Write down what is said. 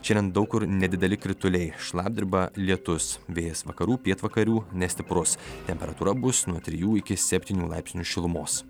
šiandien daug kur nedideli krituliai šlapdriba lietus vėjas vakarų pietvakarių nestiprus temperatūra bus nuo trijų iki septynių laipsnių šilumos